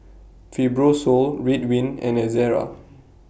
Fibrosol Ridwind and Ezerra